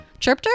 Chirpter